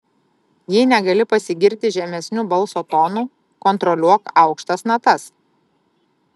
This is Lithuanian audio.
jei negali pasigirti žemesniu balso tonu kontroliuok aukštas natas